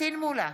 פטין מולא,